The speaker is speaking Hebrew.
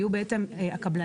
אי אפשר לכתוב משהו יותר ברור?